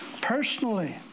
personally